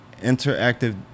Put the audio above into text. interactive